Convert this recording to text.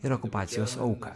ir okupacijos auką